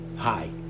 Hi